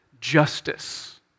justice